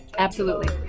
absolutely.